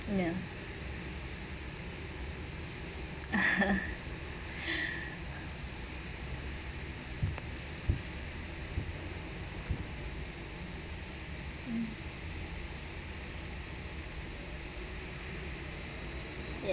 ya ya